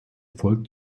folgt